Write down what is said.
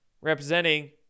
representing